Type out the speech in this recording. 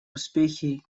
успехи